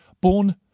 born